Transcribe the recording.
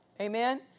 Amen